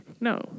No